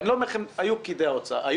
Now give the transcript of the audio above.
ולא סתם אני שואל אם היו שם פקידי משרד האוצר.